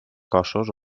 cossos